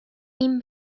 این